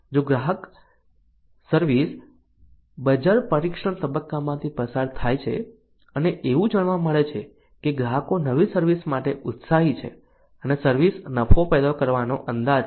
જો સર્વિસ બજાર પરીક્ષણ તબક્કામાંથી પસાર થાય છે અને એવું જાણવા મળે છે કે ગ્રાહકો નવી સર્વિસ માટે ઉત્સાહી છે અને સર્વિસ નફો પેદા કરવાનો અંદાજ છે